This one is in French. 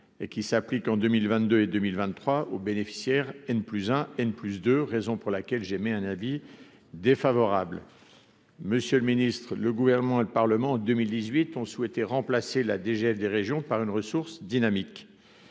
et qui s'applique en 2000 22 et 2000 23 au bénéficiaire ne plus hein et ne plus de raison pour laquelle j'émets un avis défavorable, monsieur le Ministre, le gouvernement et le Parlement 2018 ont souhaité remplacer la DGF des régions par une ressource dynamique,